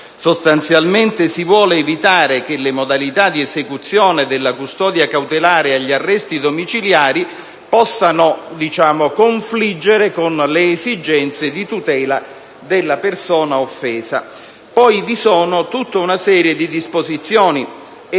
Sostanzialmente, si vuole evitare che le modalità di esecuzione della custodia cautelare agli arresti domiciliari possano confliggere con le esigenze di tutela della persona offesa. Poi vi è, sempre all'articolo